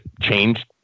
changed